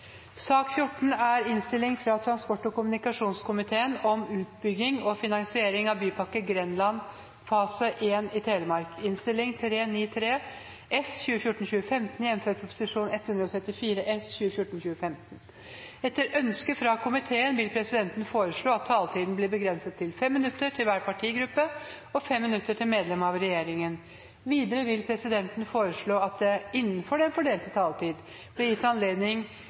sak nr. 14. Etter ønske fra transport- og kommunikasjonskomiteen vil presidenten foreslå at taletiden blir begrenset til 5 minutter til hver partigruppe og 5 minutter til medlem av regjeringen. Videre vil presidenten foreslå at det – innenfor den fordelte taletid – blir gitt anledning